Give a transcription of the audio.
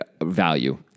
value